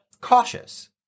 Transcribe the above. cautious